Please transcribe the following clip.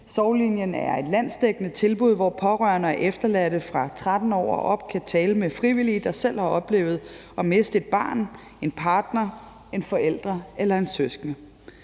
Sorglinjen er et landsdækkende tilbud, hvor pårørende og efterladte fra 13 år og op kan tale med frivillige, der selv har oplevet at miste et barn, en partner, en forælder eller en søskende.